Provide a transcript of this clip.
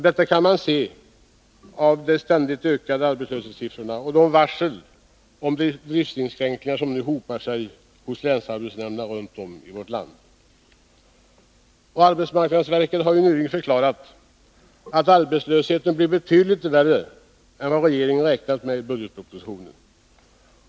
Detta kan man se av de ständigt ökande arbetslöshetssiffrorna och antalet varsel om driftsinskränkningar som nu hopar sig hos länsarbetsnämnderna runt om i landet. Arbetsmarknadsverket har nyligen förklarat att arbetslösheten blir betydligt värre än vad regeringen räknat med i budgetpropositionen.